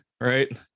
right